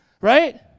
right